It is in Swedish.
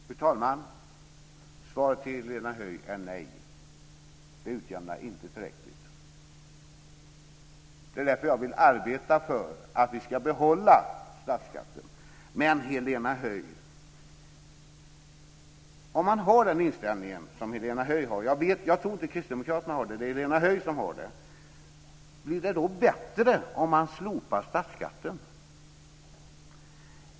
Fru talman! Svaret till Helena Höij är nej. Det utjämnar inte tillräckligt. Det är därför jag vill arbeta för att vi ska behålla statsskatten. Men om man har den inställning som Helena Höij har - jag tror inte att Kristdemokraterna har den; det är Helena Höij som har den - undrar jag om det blir bättre om man slopar statsskatten.